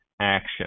action